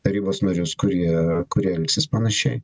tarybos narius kurie kurie elgsis panašiai